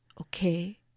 Okay